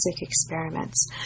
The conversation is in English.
experiments